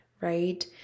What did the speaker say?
right